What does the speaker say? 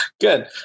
Good